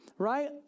right